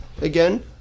Again